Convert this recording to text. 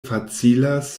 facilas